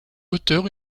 hauteur